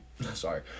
Sorry